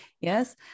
yes